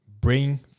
Bring